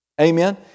Amen